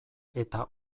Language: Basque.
eta